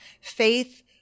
Faith